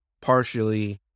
partially